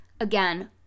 Again